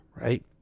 right